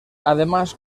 además